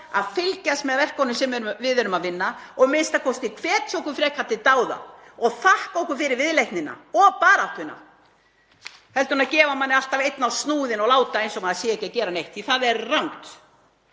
það, fylgjast með verkunum sem við erum að vinna og a.m.k. hvetja okkur frekar til dáða og þakka okkur fyrir viðleitnina og baráttuna heldur en að gefa manni alltaf einn á snúðinn og láta eins og maður sé ekki að gera neitt, því að það er rangt.